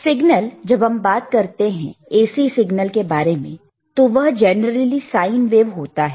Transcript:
signal जब हम बात करते हैं AC सिग्नल के बारे में तो वह जनरली साइन वेव होता है